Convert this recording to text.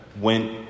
Went